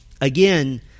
Again